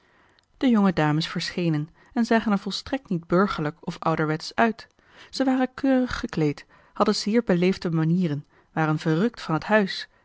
de jonge dames verschenen en zagen er volstrekt niet burgerlijk of ouderwetsch uit ze waren keurig gekleed hadden zeer beleefde manieren waren verrukt van het huis